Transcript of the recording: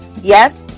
Yes